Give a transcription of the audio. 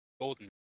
Golden